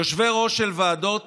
יושבי-ראש של ועדות